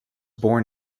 born